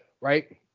right